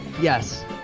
Yes